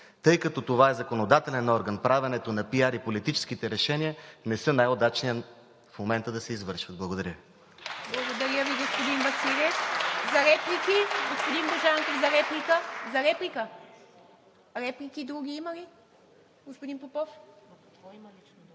Тъй като това е законодателен орган, правенето на пиар и политическите решение не са най-удачни да се извършват в момента.